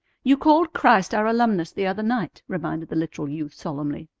you called christ our alumnus the other night, reminded the literal youth solemnly.